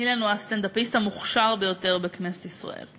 אילן הוא הסטנדאפיסט המוכשר ביותר בכנסת ישראל,